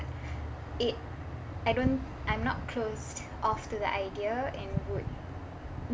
it I don't I'm not closed off to the idea and would